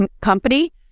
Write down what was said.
company